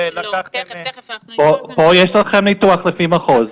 פה יש לכם ניתוח לפי מחוז.